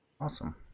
awesome